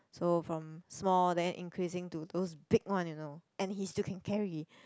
so from small then increasing to those big one you know and he still can carry